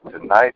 tonight